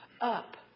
up